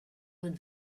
man